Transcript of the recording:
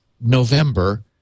November